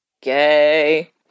Gay